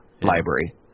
library